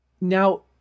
now